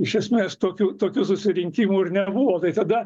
iš esmės tokių tokių susirinkimų ir nebuvo tai tada